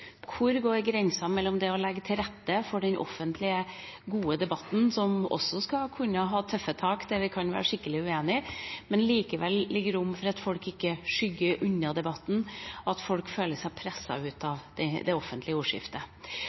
Hvor går grensa mellom det å legge til rette for den offentlige, gode debatten, der en også skal kunne ha tøffe tak og være skikkelig uenig, men likevel gi rom for at folk ikke skygger unna debatten, og at folk ikke føler seg presset ut av det offentlige ordskiftet?